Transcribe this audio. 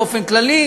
באופן כללי,